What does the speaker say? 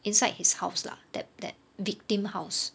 inside his house lah that that victim house